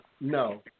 no